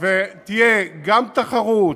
תהיה גם תחרות,